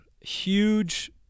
Huge